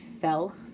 fell